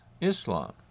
Islam